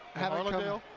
harlendale.